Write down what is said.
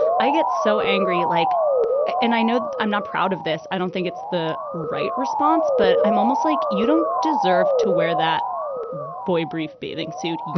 i get so angry like and i know i'm not proud of this. i don't think it's the right response but i'm almost like you don't deserve to wear that boy brief bathing suit.